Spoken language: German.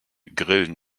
grillen